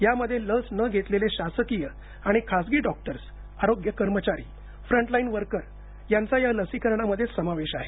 यामध्ये लस न घेतलेले शासकीय आणि खासगी डॉक्टर्स आरोग्य कर्मचारी फ्रन्टलाइन वर्कर यांचा या लसीकरणामध्ये समावेश आहे